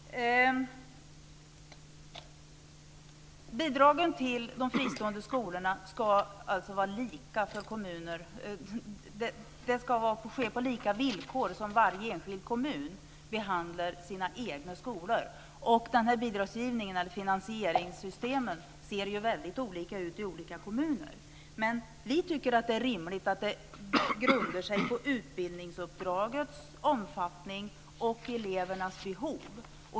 Herr talman! Bidragen till de fristående skolorna ska alltså ske på samma villkor som när varje enskild kommun behandlar sina egna skolor. Den bidragsgivningen, eller finansieringssystemen, ser väldigt olika ut i olika kommuner. Men vi tycker att det är rimligt att det grundar sig på utbildningsuppdragets omfattning och elevernas behov.